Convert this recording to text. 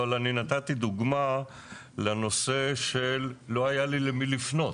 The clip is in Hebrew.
אבל אני נתתי דוגמה לנושא שלא היה לי למי לפנות.